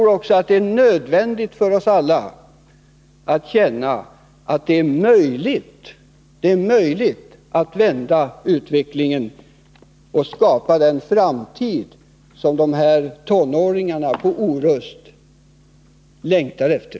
I stället är det nödvändigt för oss alla att känna att det är möjligt att vända utvecklingen och skapa den framtid som tonåringarna på Orust längtar efter.